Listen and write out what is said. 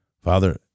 Father